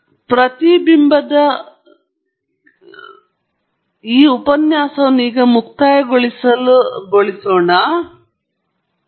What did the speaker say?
ಆದ್ದರಿಂದ ನಿಸ್ಸಂಶಯವಾಗಿ ನಾನು ಉತ್ತಮ ಅಂದಾಜುಗಳನ್ನು ಪಡೆಯಲು ಬಯಸಿದರೆ ಅದು ರಿಯಾಕ್ಟರ್ನ ಶೈತ್ಯೀಕರಣದ ಮಾದರಿಯಾಗಿದೆ ತದನಂತರ ಶೀತಕ ಹರಿವಿನಿಂದಾಗಿ ಪ್ರತಿಕ್ರಿಯೆಯ ಮಟ್ಟವು ಶಬ್ದಕ್ಕಿಂತಲೂ ಹೆಚ್ಚಿನ ರೀತಿಯಲ್ಲಿರಬೇಕು